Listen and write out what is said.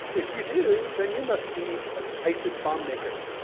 if you do, then you must be a isis bomb maker.